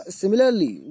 similarly